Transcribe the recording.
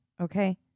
Okay